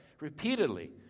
Repeatedly